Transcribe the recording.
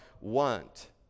want